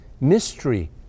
Mystery